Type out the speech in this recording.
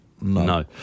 No